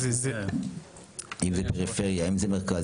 אם זה מרכז,